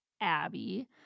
Abby